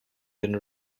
than